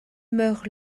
meurt